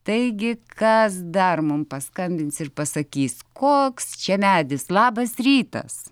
taigi kas dar mum paskambins ir pasakys koks čia medis labas rytas